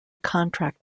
contract